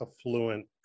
affluent